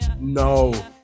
No